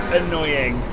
annoying